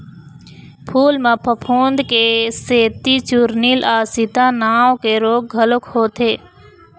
फूल म फफूंद के सेती चूर्निल आसिता नांव के रोग घलोक होथे